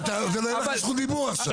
אבל --- אתה לא בזכות דיבור עכשיו.